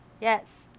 Yes